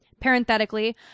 Parenthetically